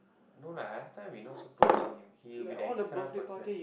no lah last time we not so close to him he will be the extra person